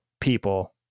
people